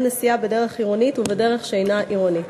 נסיעה בדרך עירונית ובדרך שאינה עירונית.